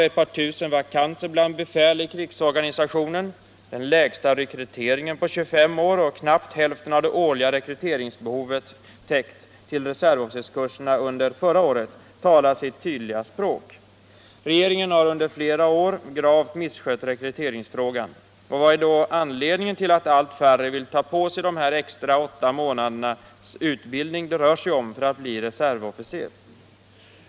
Ett par tusen vakanser bland befäl i krigsorganisationen, den lägsta rekryteringen på 25 år och knappt hälften av det årliga rekryteringsbehovet täckt till reservofficerskurserna under förra året talar sitt tydliga språk. Regeringen har under flera år gravt misskött rekryteringsfrågan. Vad är då anledningen till att allt färre vill ta på sig den extra ca åtta månaders utbildning det rör sig om för att bli reservofficer?